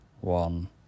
one